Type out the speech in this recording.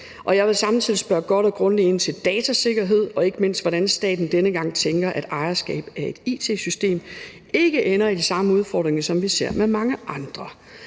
Jeg vil samtidig spørge godt og grundigt ind til datasikkerhed, og ikke mindst hvordan staten denne gang tænker ejerskab af et it-system ikke ender i de samme udfordringer, som vi ser med mange andre.